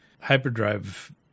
hyperdrive